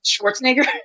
Schwarzenegger